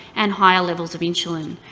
and higher levels of insulin.